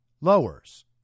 lowers